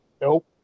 Nope